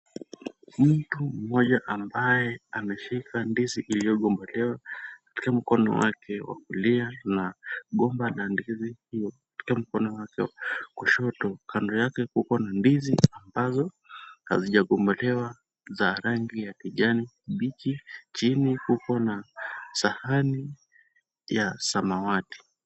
Mtu mmoja ambaye ameshika ndizi iliyogombolewa katika mkono wake wa kulia na gomba la ndizi hiyo, katika mkono wa kushoto. Kando yake kuko na ndizi ambazo hazijagombolewa za rangi ya kijani kibichi. Chini kuko na sahani ya samawati.